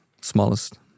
smallest